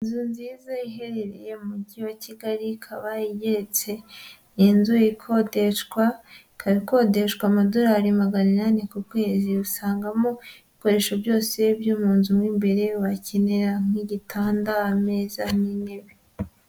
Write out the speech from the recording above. Inzu nziza iherereye mu mujyi wa Kigali ikaba igeretse, ni inzu ikodeshwa, ikaba ikodeshwa amadorari magana inani ku kwezi, usangamo, ibikoresho byose byo mu nzu mo imbere wakenera nk'igitanda, ameza n'intebe.